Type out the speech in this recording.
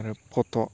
आरो फथ'